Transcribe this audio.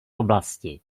oblasti